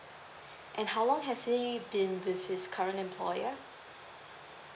and how long has he been with his current employer